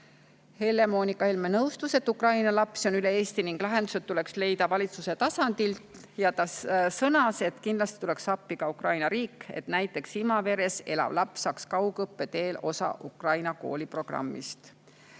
Helle-Moonika Helme nõustus, et Ukraina lapsi on üle Eesti ning lahendused tuleks leida valitsuse tasandil. Ta sõnas, et kindlasti tuleks appi ka Ukraina riik, et näiteks Imaveres elav laps saaks kaugõppe teel osa Ukraina kooliprogrammist.